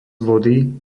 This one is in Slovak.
vody